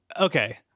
Okay